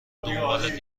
دنبالت